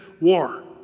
War